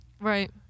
Right